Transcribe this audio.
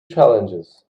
challenges